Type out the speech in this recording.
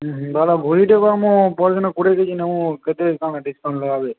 ହୁଁ ବେଲେ ଭୁଜି'ଟେ କର୍ମୁ ପର୍ଦିନ କୁଡ଼ିଏ କେଜି ନେମୁ କେତେ କାଣା ଡିସକାଉଣ୍ଟ ଲଗାବେ